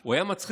הוא היה מצחיק.